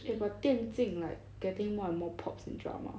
eh but 电竞 like getting more and more pops in drama